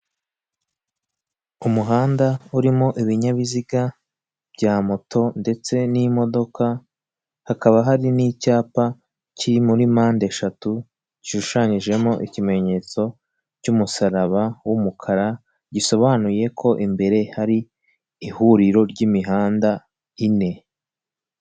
Hari igitanda kiri mu nzu ikodeshwa amadolari magana atanu mirongo itanu buri kwezi ikaba iherereye Kabeza.